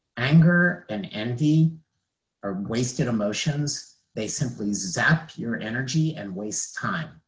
anger and envy are wasted emotions. they simply zap your energy and waste time.